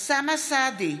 אוסאמה סעדי,